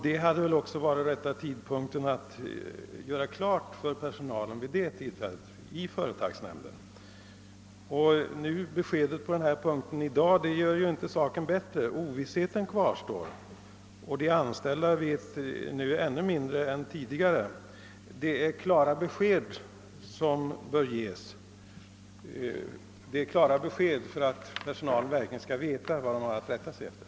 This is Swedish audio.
Det hade väl också varit rätta tidpunkten att göra läget klart för personalen vid detta tillfälle i företagsnämnden. Beskedet på denna punkt i dag gör inte saken bättre. Ovissheten kvarstår, och de anställda vet nu ännu mindre än tidigare. Det är klara besked som bör ges för att personalen verkligen skall veta vad den har att rätta sig efter.